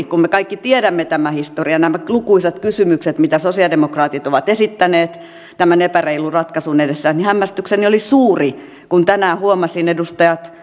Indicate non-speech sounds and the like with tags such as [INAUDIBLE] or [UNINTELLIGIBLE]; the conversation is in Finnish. [UNINTELLIGIBLE] kun me kaikki tiedämme tämän historian nämä lukuisat kysymykset mitä sosialidemokraatit ovat esittäneet tämän epäreilun ratkaisun edessä niin hämmästykseni oli suuri kun tänään huomasin edustajien